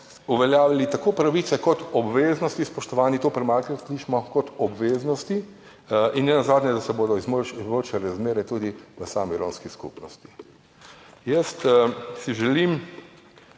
uveljavili tako pravice kot obveznosti, spoštovani, to premalokrat slišimo, kot obveznosti, in nenazadnje, da se bodo izboljšale razmere tudi v sami romski skupnosti. Želim